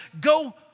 go